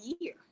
year